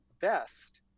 best